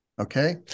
okay